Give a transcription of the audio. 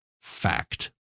fact